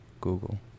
Google